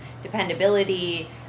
dependability